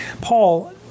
Paul